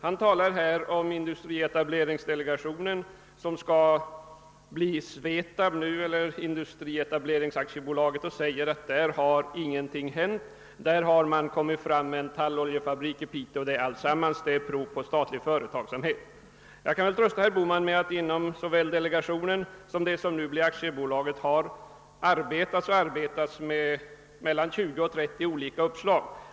Herr Bohman talade om industrietableringsdelegationen — som nu skall bli SVETAB eller Industrietableringsaktiebolaget — och säger att där har ingenting hänt, där har man bara lanserat en talloljefabrik i Piteå. Detta är, säger herr Bohman vidare, prov på statlig företagsamhet. Jag kan trösta herr Bohman med att inom delegationen och inom det som nu blir aktiebolaget har man arbetat och kommer man att arbeta med mellan 20 och 30 olika uppslag.